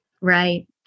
Right